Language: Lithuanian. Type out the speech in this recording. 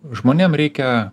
žmonėm reikia